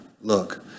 Look